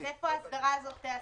אז איפה ההסדרה הזאת תיעשה?